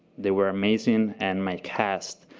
they were amazing, and my cast.